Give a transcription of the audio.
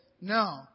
No